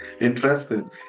Interesting